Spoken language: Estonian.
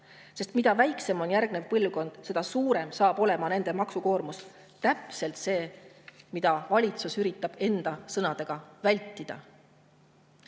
sest mida väiksem on järgnev põlvkond, seda suurem saab olema nende maksukoormus. Täpselt seda üritab valitsus enda sõnul vältida.